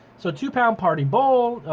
so two pound party bowl,